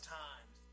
times